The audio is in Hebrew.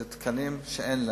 זה תקנים שאין לנו.